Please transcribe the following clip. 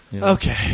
Okay